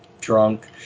Drunk